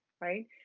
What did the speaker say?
Right